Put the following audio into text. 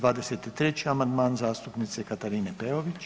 23. amandman zastupnice Katarine Peović.